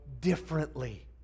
differently